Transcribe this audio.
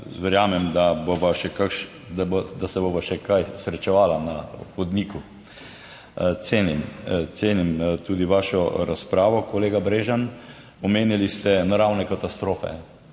verjamem, da se bova še kdaj srečala na hodniku. Cenim tudi vašo razpravo, kolega Brežan. Omenili ste naravne katastrofe.